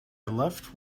left